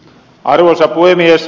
arvoisa puhemies